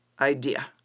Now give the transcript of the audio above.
idea